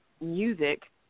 music